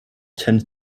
tends